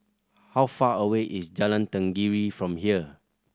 how far away is Jalan Tenggiri from here